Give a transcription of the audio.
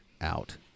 out